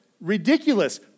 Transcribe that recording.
ridiculous